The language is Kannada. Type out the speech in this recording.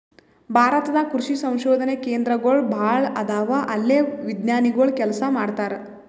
ಭಾರತ ದಾಗ್ ಕೃಷಿ ಸಂಶೋಧನೆ ಕೇಂದ್ರಗೋಳ್ ಭಾಳ್ ಅದಾವ ಅಲ್ಲೇ ವಿಜ್ಞಾನಿಗೊಳ್ ಕೆಲಸ ಮಾಡ್ತಾರ್